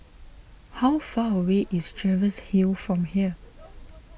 how far away is Jervois Hill from here